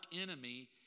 enemy